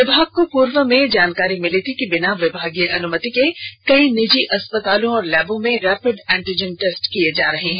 विभाग को पूर्व में जानकारी मिली थी कि बिना विभागीय अनुमति के कई निजी अस्पतालों और लैबों में रैपिड एंटीजन टेस्ट किए जा रहे हैं